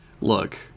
Look